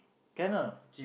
can ah